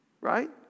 Right